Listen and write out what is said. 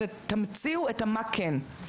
תמציאו את המה "כן".